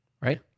Right